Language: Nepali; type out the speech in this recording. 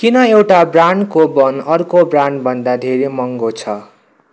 किन एउटा ब्रान्डको बन अर्को ब्रान्ड भन्दा धेरै महँगो छ